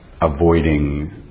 avoiding